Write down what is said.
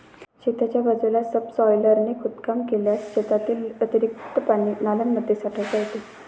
शेताच्या बाजूला सबसॉयलरने खोदकाम केल्यास शेतातील अतिरिक्त पाणी नाल्यांमध्ये साठवता येते